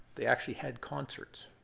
they actually had concerts.